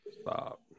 Stop